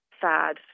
sad